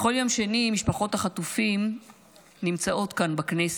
בכל יום שני משפחות החטופים נמצאות כאן, בכנסת.